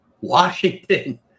Washington